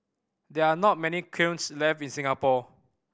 there are not many kilns left in Singapore